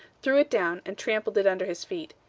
threw it down, and trampled it under his feet.